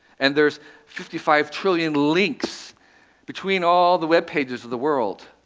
and there's fifty five trillion links between all the web pages of the world.